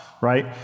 right